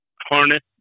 harness